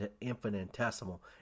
infinitesimal